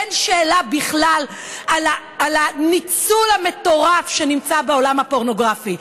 אין שאלה בכלל על הניצול המטורף שנמצא בעולם הפורנוגרפי.